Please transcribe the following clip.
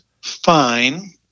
fine